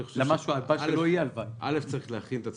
אני חושב שצריך להכין את עצמנו,